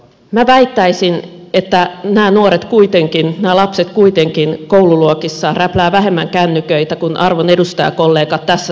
minä väittäisin että nämä nuoret nämä lapset kuitenkin koululuokissa räpläävät vähemmän kännyköitä kuin arvon edustajakollegat tässä salissa